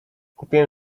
kupiłem